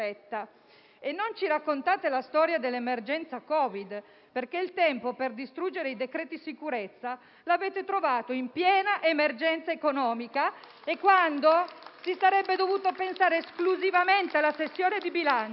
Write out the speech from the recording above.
Non raccontateci poi la storia dell'emergenza Covid, perché il tempo per distruggere i decreti-legge sicurezza lo avete trovato in piena emergenza economica, quando si sarebbe dovuto pensare esclusivamente alla sessione di bilancio.